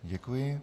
Děkuji.